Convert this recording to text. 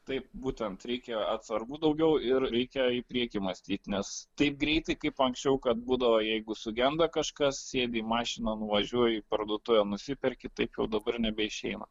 taip būtent reikia atsargų daugiau ir reikia į priekį mąstyt nes taip greitai kaip anksčiau kad būdavo jeigu sugenda kažkas sėdi į mašiną nuvažiuoji į parduotuvę nusiperki taip jau dabar nebeišeina